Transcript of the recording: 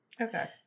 Okay